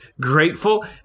grateful